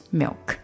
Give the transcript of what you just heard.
milk